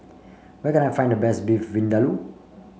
where can I find the best Beef Vindaloo